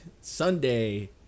Sunday